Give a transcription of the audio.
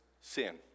sin